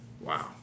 Wow